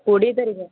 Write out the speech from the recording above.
କୋଡ଼ିଏ ତାରିଖ